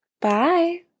Bye